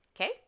Okay